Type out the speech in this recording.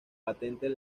patentes